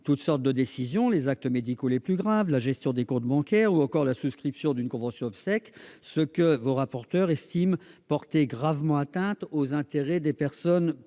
toutes sortes de décisions : les actes médicaux les plus graves, la gestion des comptes bancaires ou encore la souscription d'une convention obsèques- vos rapporteurs estiment que de telles dispositions porteraient gravement atteinte aux intérêts des personnes